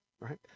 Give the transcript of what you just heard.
right